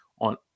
on